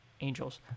Angels